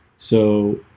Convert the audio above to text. so